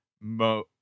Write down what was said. Mo